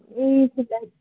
ए